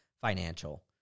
financial